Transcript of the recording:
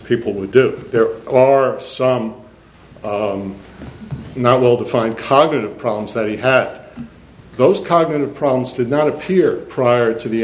people would do there are some not well defined cognitive problems that he had that those cognitive problems did not appear prior to the